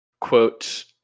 quote